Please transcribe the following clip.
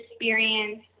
experience